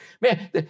Man